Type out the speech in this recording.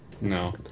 No